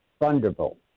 Thunderbolt